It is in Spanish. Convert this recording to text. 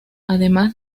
además